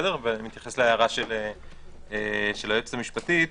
אתייחס להערה של היועצת המשפטית.